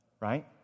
right